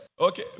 okay